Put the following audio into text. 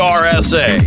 rsa